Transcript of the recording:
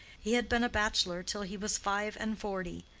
he had been a bachelor till he was five-and-forty,